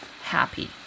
happy